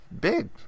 big